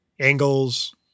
Angles